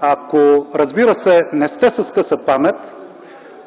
Ако разбира се не сте с къса памет,